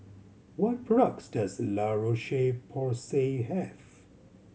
what products does La Roche Porsay have